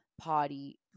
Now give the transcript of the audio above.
party